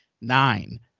nine